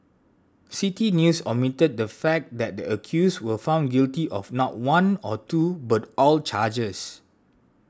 City News omitted the fact that the accused were found guilty on not one or two but all charges